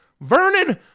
Vernon